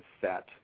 set